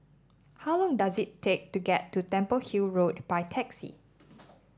how long does it take to get to Temple Hill Road by taxi